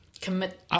commit